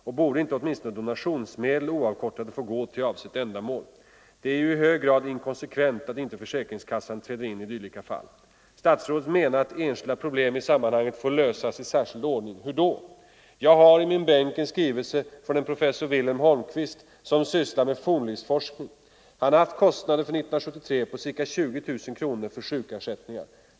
Och borde inte åtminstone donationsmedel oavkortade få gå till avsett ändmål? Det är i hög grad inkonsekvent att inte försäkringskassan träder in i dylika fall. Statsrådet menar att enskilda problem i sammanhanget får lösas i särskild ordning. Hur då? Jag har i min bänk en skrivelse från en professor Wilhelm Holmqvist, som sysslar med fornlivsforskning. Han har haft kostnader för år 1973 på ca 20000 kronor för sjukersättningar.